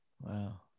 Wow